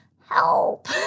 Help